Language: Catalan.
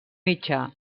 mitjà